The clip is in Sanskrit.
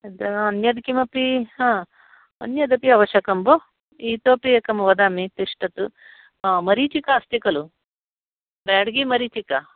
अन्यत् किमपि अन्यदपि आवश्यकं भोः इतोपि एकं वदामि तिष्ठतु मरीचिका अस्ति खलु ब्याड्गी मरीचिका